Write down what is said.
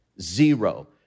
Zero